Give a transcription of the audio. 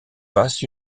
passe